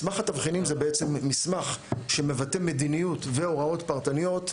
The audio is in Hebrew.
מסמך התבחינים זה בעצם מסמך שמבטא מדיניות והוראות פרטניות,